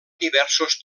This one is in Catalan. diversos